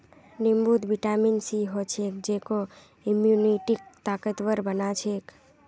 नींबूत vitamin C ह छेक जेको इम्यूनिटीक ताकतवर बना छेक